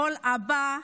כל אבא,